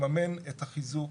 לממן את החיזוק